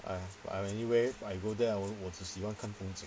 ah I anywhere I go there only 我只喜欢看风景